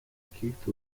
kicked